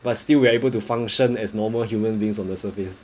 but still we are able to function as normal human beings on the surface